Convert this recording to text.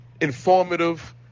informative